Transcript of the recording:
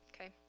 Okay